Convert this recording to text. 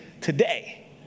today